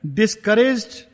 discouraged